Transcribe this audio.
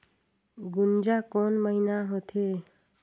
गुनजा कोन महीना होथे?